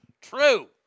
True